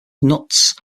nuts